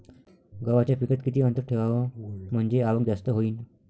गव्हाच्या पिकात किती अंतर ठेवाव म्हनजे आवक जास्त होईन?